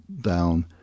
down